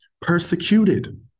Persecuted